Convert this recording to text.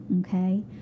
okay